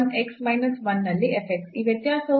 1 1 x minus 1 ನಲ್ಲಿ f x